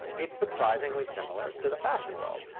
it's surprisingly similar to the fashion world.